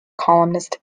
columnist